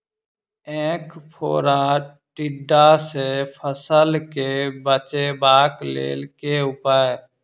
ऐंख फोड़ा टिड्डा सँ फसल केँ बचेबाक लेल केँ उपाय?